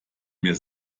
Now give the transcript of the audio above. mehr